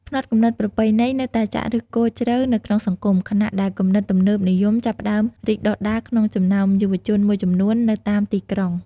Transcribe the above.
ផ្នត់គំនិតប្រពៃណីនៅតែចាក់ឫសគល់ជ្រៅនៅក្នុងសង្គម ខណៈដែលគំនិតទំនើបនិយមចាប់ផ្តើមរីកដុះដាលក្នុងចំណោមយុវជនមួយចំនួននៅតាមទីក្រុង។